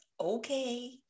okay